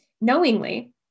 knowingly